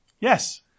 Yes